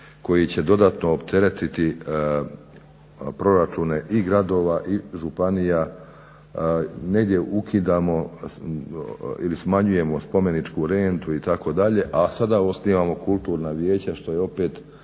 koji će dodatno opteretiti proračune i gradova i županija. Negdje ukidamo ili smanjujemo spomeničku rentu itd., a sada osnivamo kulturna vijeća što je opet